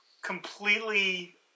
Completely